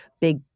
big